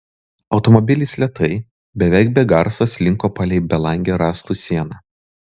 automobilis lėtai beveik be garso slinko palei belangę rąstų sieną